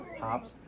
hops